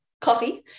coffee